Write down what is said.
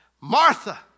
Martha